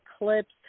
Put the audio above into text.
eclipse